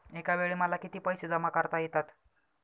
एकावेळी मला किती पैसे जमा करता येतात?